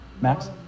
Max